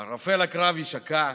ערפל הקרב ישקע,